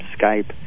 skype